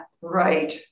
right